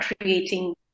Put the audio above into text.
creating